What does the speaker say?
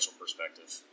perspective